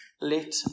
Let